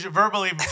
verbally